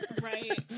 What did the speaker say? Right